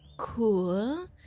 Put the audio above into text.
cool